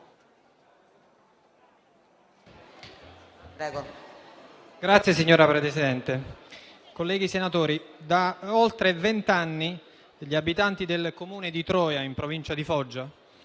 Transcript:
Signor Presidente, colleghi senatori, da oltre vent'anni gli abitanti del Comune di Troia, in provincia di Foggia,